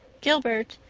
gilbert,